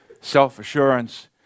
self-assurance